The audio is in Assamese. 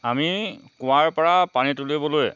আমি কুঁৱাৰ পৰা পানী তুলিবলৈ